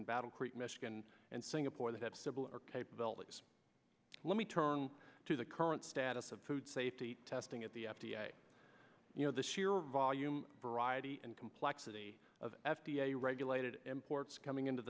in battle creek michigan and singapore that have similar capabilities let me turn to the current status of food safety testing at the f d a you know the sheer volume variety and complexity of f d a regulated imports coming into